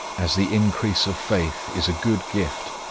as the increase of faith is a good gift,